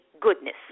goodness